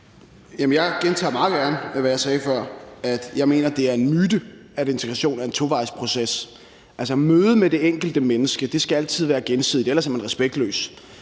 Jeg gentager meget gerne, hvad jeg sagde før, at jeg mener, det er en myte, at integration er en tovejsproces. Altså, i mødet med det enkelte menneske skal det altid være gensidigt, ellers er man respektløs,